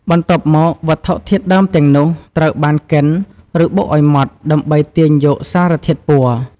បន្ទាប់មក វត្ថុធាតុដើមទាំងនោះត្រូវបានកិន ឬបុកឱ្យម៉ដ្ឋដើម្បីទាញយកសារធាតុពណ៌។